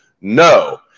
No